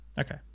Okay